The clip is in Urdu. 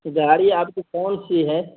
گاڑی آپ کی کون سی ہے